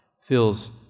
feels